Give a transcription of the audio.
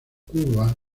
cuba